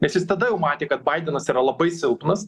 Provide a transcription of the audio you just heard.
nes jis tada jau matė kad baidenas yra labai silpnas